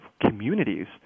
communities